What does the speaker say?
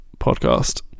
podcast